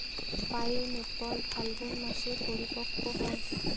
pineapple ফাল্গুন মাসে পরিপক্ব হয়